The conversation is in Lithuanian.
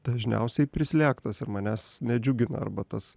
dažniausiai prislėgtas ir manęs nedžiugina arba tas